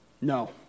No